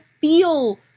feel